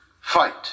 fight